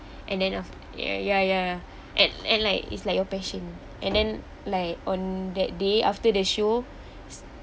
and then af~ ya ya ya at and like it's like your passion and then like on that day after the show